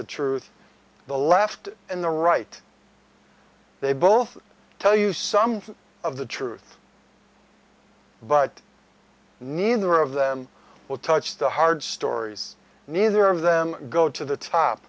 the truth the left and the right they both tell you some of the truth but neither of them will touch the hard stories neither of them go to the top